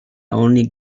only